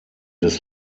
des